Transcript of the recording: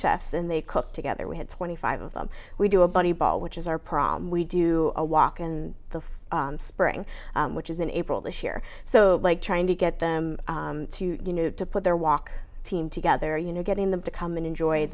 chefs and they cooked together we had twenty five of them we do a buddy ball which is our problem we do a walk in the spring which is in april this year so like trying to get them to you know to put their walk team together you know getting them to come and enjoy